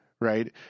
Right